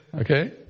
Okay